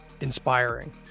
inspiring